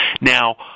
Now